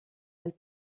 elle